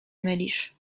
mylisz